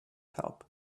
help